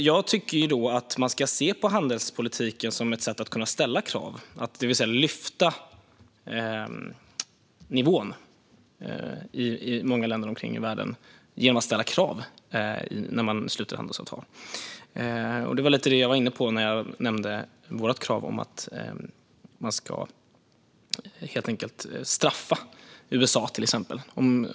Jag tycker att handelspolitiken ska ses som ett sätt att kunna ställa krav, det vill säga som ett sätt att lyfta nivån i många länder i världen genom att ställa krav när handelsavtal sluts. Det var det jag var inne på när jag nämnde vårt krav på att man helt enkelt ska straffa till exempel USA.